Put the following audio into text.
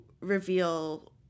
reveal